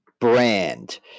brand